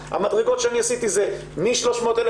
המדרגות שאני עשיתי הן מ-300,000